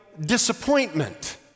disappointment